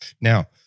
now